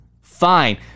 fine